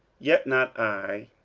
yet not i,